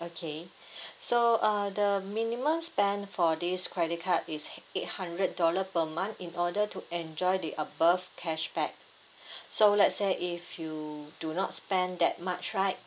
okay so uh the minimum spend for this credit card is eight hundred dollar per month in order to enjoy the above cashback so let's say if you do not spend that much right